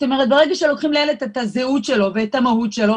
ברגע שלוקחים לילד את הזהות שלו ואת המהות שלו